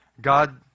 God